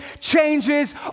changes